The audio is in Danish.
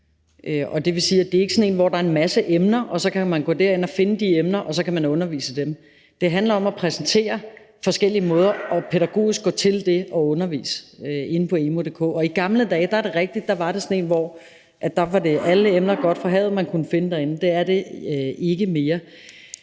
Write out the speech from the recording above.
det vil sige, at det ikke er sådan en, hvor der er en masse emner, og så kan man gå derind og finde de emner, og så kan man undervise i dem. Det handler om at præsentere forskellige måder pædagogisk at gå til det at undervise inde på emu.dk, og det er rigtigt, at i gamle dage var det sådan, at der var det alle emner, alt godt fra havet, man kunne find derinde, men det er det ikke mere.